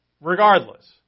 regardless